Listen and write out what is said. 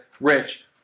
rich